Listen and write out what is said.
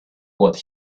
what